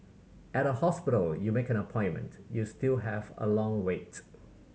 at a hospital you make an appointment you still have a long waits